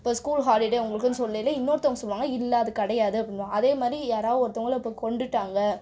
இப்போ school holiday உங்களுக்குன்னு சொல்லையில் இன்னொருத்தவங்க சொல்லுவாங்க இல்லை அது கிடையாது அப்படின்னுவாங்க அதே மாதிரி யாராவது ஒருத்தவங்களை இப்போ கொன்றுட்டாங்க